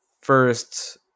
first